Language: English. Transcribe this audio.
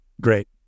Great